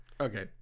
Okay